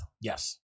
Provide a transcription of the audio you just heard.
Yes